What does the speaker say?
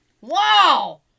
Wow